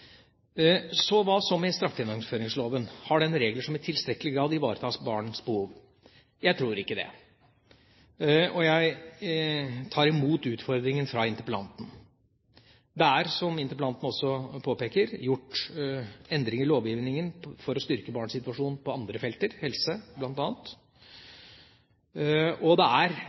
Hva så med straffegjennomføringsloven – har den regler som i tilstrekkelig grad ivaretar barnas behov? Jeg tror ikke det, og jeg tar imot utfordringen fra interpellanten. Det er, som interpellanten også påpeker, gjort endringer i lovgivningen for å styrke barns situasjon på andre felter, bl.a. helse. Det er